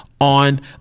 on